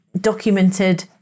documented